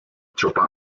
chopin